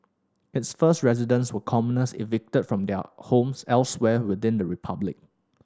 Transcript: its first residents were commoners evicted from their homes elsewhere within the republic